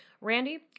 Randy